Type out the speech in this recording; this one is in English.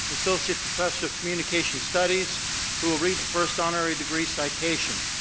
associate professor of communication studies who'll read the first honorary degree citation.